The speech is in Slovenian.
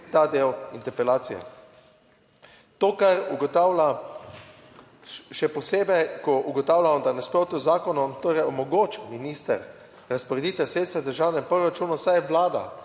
Ta del interpelacije. To, kar ugotavlja, še posebej, ko ugotavljamo, da je v nasprotju z zakonom, torej omogoči minister razporeditev sredstev v državnem proračunu, saj je Vlada